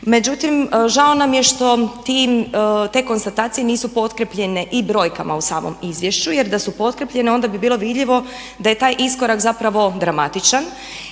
Međutim, žao nam je što ti, te konstatacije nisu potkrijepljene i brojkama u samom izvješću, jer da su potkrijepljene onda bi bilo vidljivo da je taj iskorak zapravo dramatičan